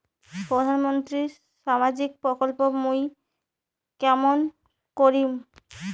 প্রধান মন্ত্রীর সামাজিক প্রকল্প মুই কেমন করিম?